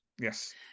yes